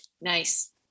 Nice